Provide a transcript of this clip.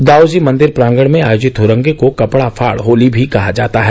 दाऊ जी मंदिर प्रांगण में आयोजित हुरंगे को कपड़ा फाड़ होली भी कहा जाता है